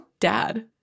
Dad